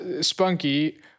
Spunky